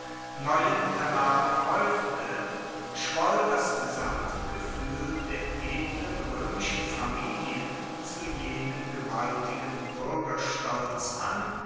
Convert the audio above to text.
neuen erwerb haeufte schwoll das gesamtgefuehl der edlen roemischen familien zu jenem gewaltigen buergerstolz an